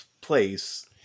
place